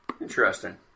Interesting